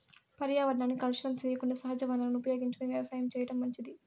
పర్యావరణాన్ని కలుషితం సెయ్యకుండా సహజ వనరులను ఉపయోగించుకొని వ్యవసాయం చేయటం మంచిది